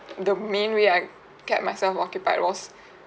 the main way I kept myself occupied was